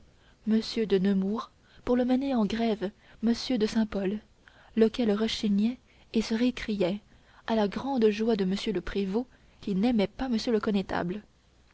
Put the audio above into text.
m de nemours pour le mener en grève m de saint-pol lequel rechignait et se récriait à la grande joie de m le prévôt qui n'aimait pas m le connétable